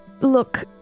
look